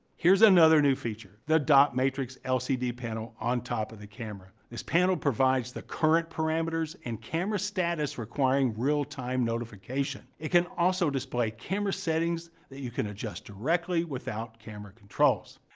here's another new feature the dot matrix lcd panel, on top of the camera. this panel provides the current parameters and camera status requiring real-time notification. it can also display camera settings that you can adjust directly without camera controls.